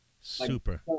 Super